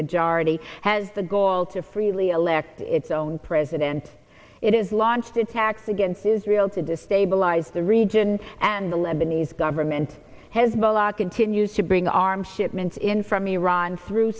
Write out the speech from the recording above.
majority has the gall to freely elected its own president it is launched attacks against israel to destabilize the region and the lebanese government hezbollah continues to bring arms shipments in from iran through